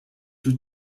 you